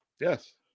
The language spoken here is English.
Yes